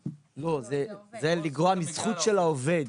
לא, זה לגרוע מזכות של העובד.